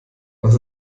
was